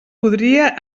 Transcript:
podria